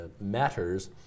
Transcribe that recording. matters